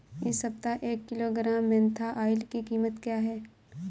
इस सप्ताह एक किलोग्राम मेन्था ऑइल की कीमत क्या है?